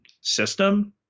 system